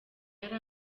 yari